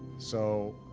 so,